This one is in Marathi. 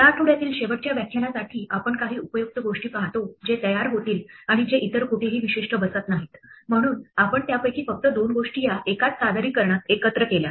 या आठवड्यातील शेवटच्या व्याख्यानासाठी आपण काही उपयुक्त गोष्टी पाहतो जे तयार होतील आणि जे इतर कोठेही विशिष्ट बसत नाहीत म्हणून आपण त्यापैकी फक्त दोन गोष्टी या एकाच सादरीकरणात एकत्र केल्या